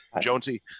jonesy